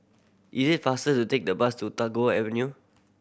is it faster to take the bus to Tagore Avenue